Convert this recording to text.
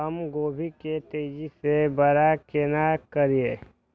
हम गोभी के तेजी से बड़ा केना करिए?